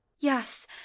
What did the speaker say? Yes